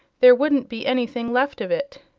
there wouldn't be anything left of it.